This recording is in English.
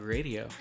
Radio